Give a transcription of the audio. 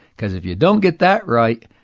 because if you don't get that right,